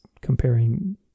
comparing